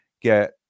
get